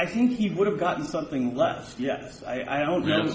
i think he would have gotten something less yes i don't know